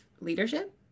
leadership